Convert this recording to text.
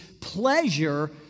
pleasure